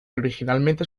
originalmente